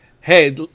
Hey